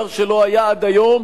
דבר שלא היה עד היום,